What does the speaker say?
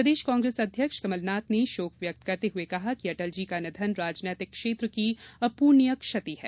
प्रदेश कांग्रेस अध्यक्ष कमलनाथ ने शोक व्यक्त करते हुए कहा कि अटल जी का निधन राजनैतिक क्षेत्र की अपूर्णिय क्षती है